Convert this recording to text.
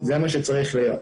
זה מה שצריך להיות.